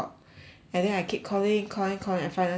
and then I keep calling calling calling and finally I make it